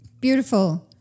Beautiful